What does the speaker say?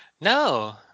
No